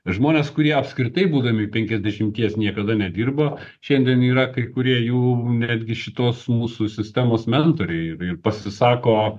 žmonės kurie apskritai būdami penkiasdešimties niekada nedirbo šiandien yra kai kurie jų netgi šitos mūsų sistemos mentoriai ir ir pasisako